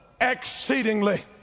exceedingly